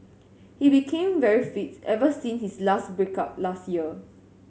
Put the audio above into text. he became very fit ever since his break up last year